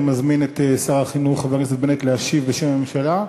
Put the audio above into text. אני מזמין את שר החינוך חבר הכנסת בנט להשיב בשם הממשלה.